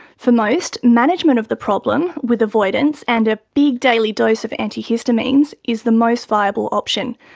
for most, management of the problem with avoidance and a big daily dose of antihistamines is the most viable option.